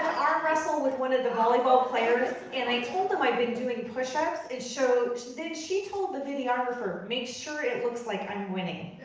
arm wrestle with one of the volleyball players, and i told them i'd been doing pushups, and then she told the videographer, make sure it looks like i'm winning.